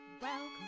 Welcome